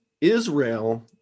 Israel